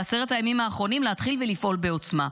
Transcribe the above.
בעשרת הימים האחרונים, להתחיל ולפעול בעוצמה.